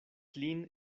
lin